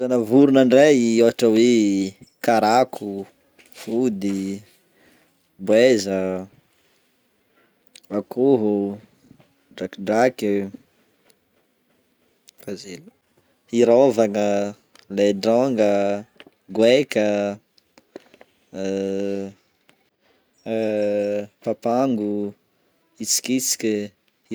Karazana vorona ndray ôhatra hoe: karako, fody, boeza, akôho, drakidraky, hirôvagna, ledronga, goaika, papango, itsikitsika.